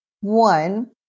One